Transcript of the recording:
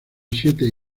siete